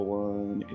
one